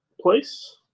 place